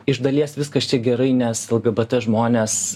iš dalies viskas čia gerai nes lgbt žmonės